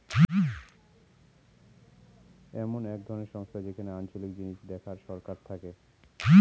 এমন এক ধরনের সংস্থা যেখানে আঞ্চলিক জিনিস দেখার সরকার থাকে